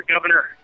Governor